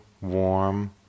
warm